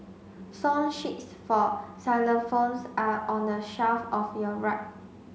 song sheets for xylophones are on the shelf of your right